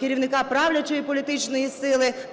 керівника правлячої політичної сили